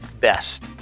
best